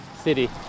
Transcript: city